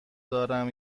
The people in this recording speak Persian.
دارم